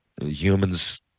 Humans